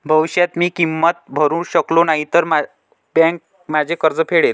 भविष्यात मी किंमत भरू शकलो नाही तर बँक माझे कर्ज फेडेल